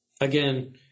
again